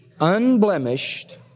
unblemished